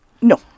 No